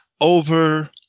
over